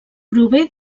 prové